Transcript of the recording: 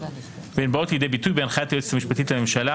והן באות לידי ביטוי בהנחיית היועצת המשפטית לממשלה